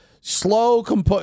slow